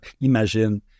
Imagine